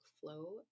flow